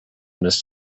this